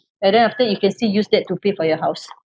and then after you can still use that to pay for your house